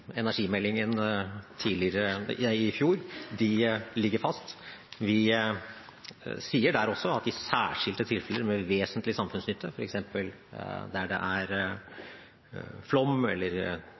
energimeldingen i fjor, ligger fast. Vi sier der også at i særskilte tilfeller ved vesentlig samfunnsnytte, f.eks. der tiltak kan ha flom- eller skreddempende effekt og miljøkonsekvensene er akseptable, bør det